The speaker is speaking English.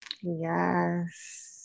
Yes